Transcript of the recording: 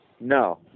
No